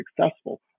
successful